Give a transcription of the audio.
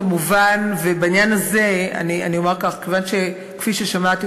בעניין הזה אני אומר כך: כפי ששמעתי,